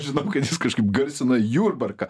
žinom kad jis kažkaip garsina jurbarką